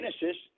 Genesis